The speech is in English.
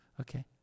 Okay